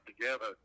together